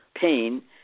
pain